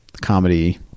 comedy